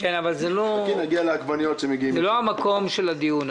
אבל זה לא המקום של הדיון.